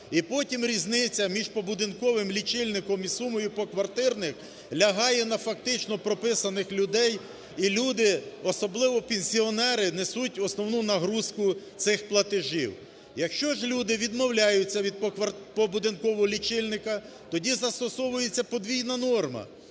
І потім різниця між побудинковим лічильником і сумою поквартирних лягає на фактично прописаних людей, і люди, особливо пенсіонери, несуть основну нагрузку цих платежів. Якщо ж люди відмовляються від побудинкового лічильника, тоді застосовується подвійна норма.